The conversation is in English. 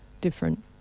different